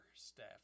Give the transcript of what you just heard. staff